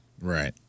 Right